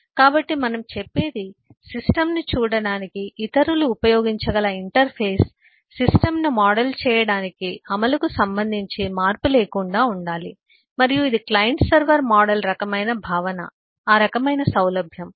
కాబట్టి మనం చెప్పేది సిస్టమ్ను చూడటానికి ఇతరులు ఉపయోగించగల ఇంటర్ఫేస్ సిస్టమ్ను మోడల్ చేయడానికి అమలుకు సంబంధించి మార్పు లేకుండా ఉండాలి మరియు ఇది క్లయింట్ సర్వర్ మోడల్ రకమైన భావన రకమైన సౌలభ్యం